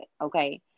Okay